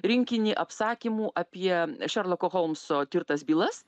rinkinį apsakymų apie šerloko holmso tirtas bylas